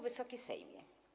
Wysoki Sejmie!